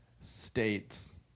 states